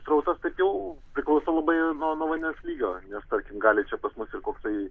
srautas taip jau priklauso labai nuo nuo vandens lygio nes tarkim gali čia pas mus ir koksai